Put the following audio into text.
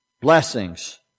Blessings